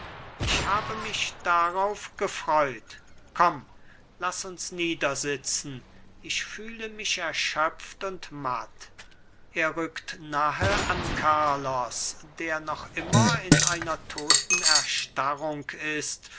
ich habe mich darauf gefreut komm laß uns niedersitzen ich fühle mich erschöpft und matt er rückt nahe an carlos der noch immer in einer toten erstarrung ist